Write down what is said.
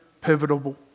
pivotal